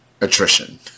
attrition